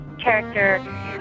character